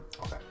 okay